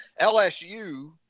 LSU